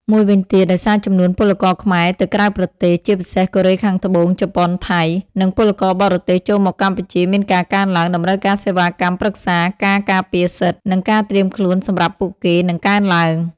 មួយវិញទៀត ដោយសារចំនួនពលករខ្មែរទៅក្រៅប្រទេស (ជាពិសេសកូរ៉េខាងត្បូង ជប៉ុន ថៃ) និងពលករបរទេសចូលមកកម្ពុជាមានការកើនឡើង តម្រូវការសេវាកម្មប្រឹក្សា ការការពារសិទ្ធិ និងការត្រៀមខ្លួនសម្រាប់ពួកគេនឹងកើនឡើង។